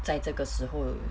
在这个时候